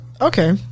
Okay